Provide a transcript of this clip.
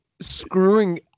screwing